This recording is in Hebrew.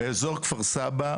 אזור כפר סבא,